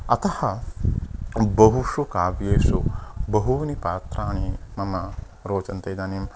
अतः बहुषु काव्येषु बहूनि पात्राणि मम रोचन्ते इदानीम्